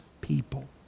people